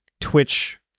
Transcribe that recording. Twitch